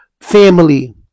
family